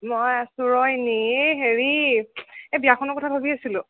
মই আছোঁ ৰ এনেয়ে এই হেৰি এই বিয়াখনৰ কথা ভাবি আছিলোঁ